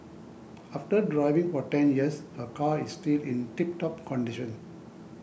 after driving for ten years her car is still in tip top condition